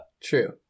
true